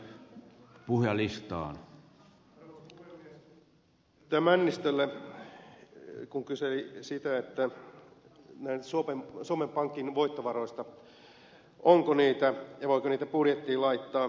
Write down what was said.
edustaja männistölle kun hän kyseli näistä suomen pankin voittovaroista onko niitä ja voiko niitä budjettiin laittaa